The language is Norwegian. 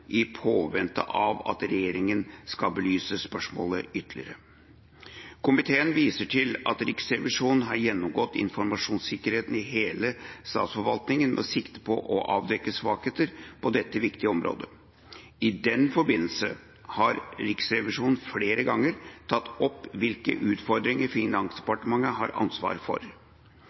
i bero i påvente av at regjeringa skulle belyse spørsmålet ytterligere. Komiteen viser til at Riksrevisjonen har gjennomgått informasjonssikkerheten i hele statsforvaltninga med sikte på å avdekke svakheter på dette viktige området. I den forbindelse har Riksrevisjonen flere ganger tatt opp hvilke utfordringer Finansdepartementet har ansvar for.